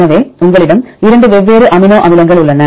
எனவே உங்களிடம் இரண்டு வெவ்வேறு அமினோ அமிலங்கள் உள்ளன